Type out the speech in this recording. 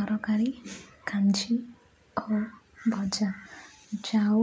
ତରକାରୀ କାଞ୍ଜି ଓ ଭଜା ଯାଉ